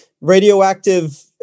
radioactive